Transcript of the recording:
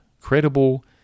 credible